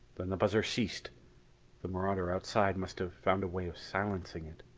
then the buzzer ceased the marauder outside must have found a way of silencing it.